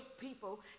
people